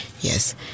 Yes